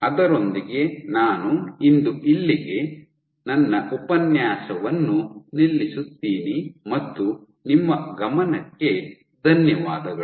ಅದರೊಂದಿಗೆ ನಾನು ಇಂದು ಇಲ್ಲಿಗೆ ನನ್ನ ಉಪನ್ಯಾಸವನ್ನು ನಿಲ್ಲಿಸುತ್ತೀನಿ ಮತ್ತು ನಿಮ್ಮ ಗಮನಕ್ಕೆ ಧನ್ಯವಾದಗಳು